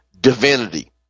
divinity